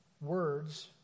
Words